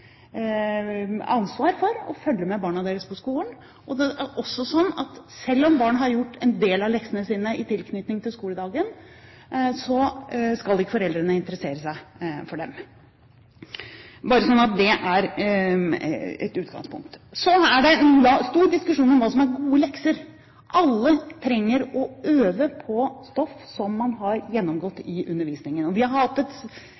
ansvar for å følge med barna sine på skolen, og det er også slik at selv om barna har gjort en del av leksene sine i tilknytning til skoledagen, skal foreldrene interessere seg for dem – bare slik at det er et utgangspunkt. Det er stor diskusjon om hva som er gode lekser. Alle trenger å øve på stoff som man har gjennomgått i undervisningen. Vi har